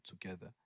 together